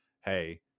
Hey